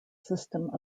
system